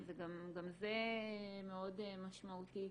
שגם זה מאוד משמעותי.